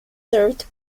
served